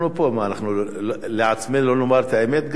אנחנו פה, מה, גם לעצמנו לא נאמר את האמת?